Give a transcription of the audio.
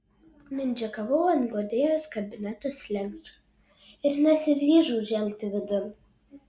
mindžikavau ant guodėjos kabineto slenksčio ir nesiryžau žengti vidun